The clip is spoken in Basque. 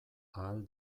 ahal